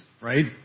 right